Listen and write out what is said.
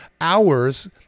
hours